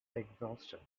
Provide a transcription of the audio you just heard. exhausted